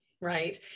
right